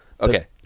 Okay